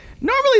normally